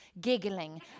giggling